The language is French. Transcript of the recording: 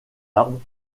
arbres